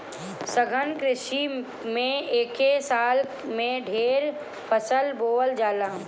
सघन कृषि में एके साल में ढेरे फसल बोवल जाला